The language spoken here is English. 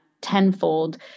tenfold